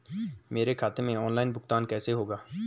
मेरे खाते में ऑनलाइन भुगतान कैसे होगा?